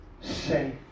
safe